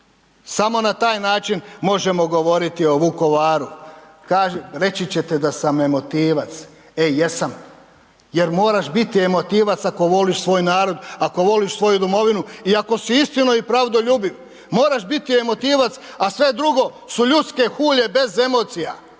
samo na taj način možemo govoriti o Vukovaru. Reći ćete da sam emotivac, e jesam jer moraš biti emotivac ako voliš svoj narod, ako voliš svoju domovinu i ako si istino i pravdoljubiv, moraš biti emotivac, a sve drugo su ljudske hulje bez emocija,